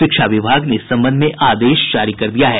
शिक्षा विभाग ने इस संबंध में आदेश जारी कर दिया है